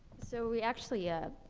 so we actually, ah,